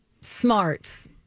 smarts